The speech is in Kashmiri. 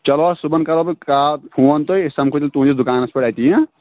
چلو حظ صُبحَن کَرو بہٕ کال فون تۅہہِ أسۍ سَمکھو تیٚلہِ تُہٕنٛدِس دُکانَس پٮ۪ٹھ اَتی